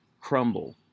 crumble